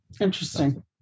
Interesting